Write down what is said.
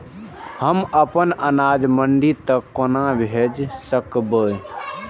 हम अपन अनाज मंडी तक कोना भेज सकबै?